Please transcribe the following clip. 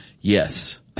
Yes